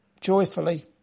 joyfully